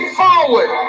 forward